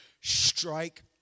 strike